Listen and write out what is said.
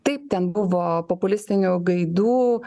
taip ten buvo populistinių gaidų